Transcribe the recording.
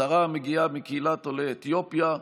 שרה המגיעה מקהילת עולי אתיופיה,